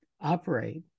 operate